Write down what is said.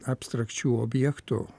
abstrakčių objektų